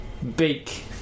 Beak